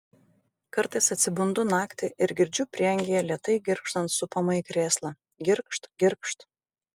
kartais atsibundu naktį ir girdžiu prieangyje lėtai girgždant supamąjį krėslą girgžt girgžt